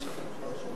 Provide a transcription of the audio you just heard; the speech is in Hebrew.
יש תקנון.